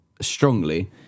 strongly